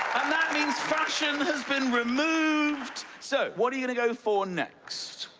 that means fashion has been removed, so what are you going to go for next?